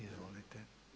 Izvolite.